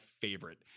favorite